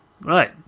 right